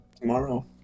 Tomorrow